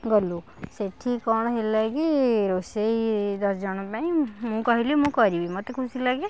ଗଲୁ ସେଠି କ'ଣ ହେଲା କି ରୋଷେଇ ଦଶଜଣ ପାଇଁ ମୁଁ କହିଲି ମୁଁ କରିବି ମୋତେ ଖୁସି ଲାଗେ